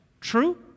True